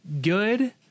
good